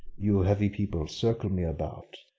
you heavy people, circle me about,